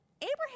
Abraham